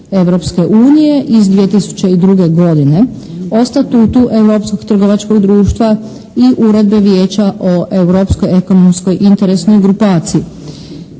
Europske unije iz 2002. godine. O Statutu Europskog trgovačkog društva i Uredbe Vijeća o Europskoj ekonomskoj interesnoj grupaciji.